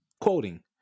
quoting